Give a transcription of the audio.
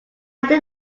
did